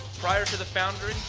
prior to the foundry,